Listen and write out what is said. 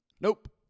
nope